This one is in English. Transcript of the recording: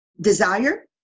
Desire